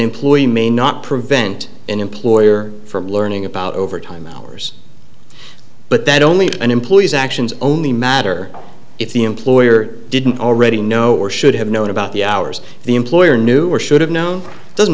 employee may not prevent an employer from learning about overtime hours but that only an employee's actions only matter if the employer didn't already know or should have known about the hours the employer knew or should have known doesn't